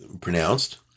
pronounced